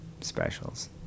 specials